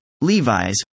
Levi's